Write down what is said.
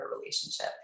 relationship